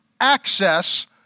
access